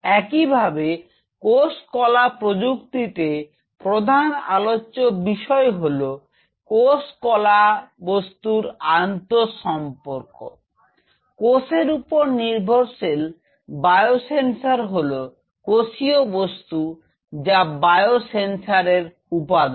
একইভাবে কোষ কলা প্রযুক্তিতে প্রধান আলোচ্য বিষয় হল কোষ কলার বস্তুর আন্তঃসম্পর্ক কোষের উপর নির্ভরশীল বায়ো সেন্সর হলো কোষীয় বস্তু যা বায়ো সেন্সর এর উপাদান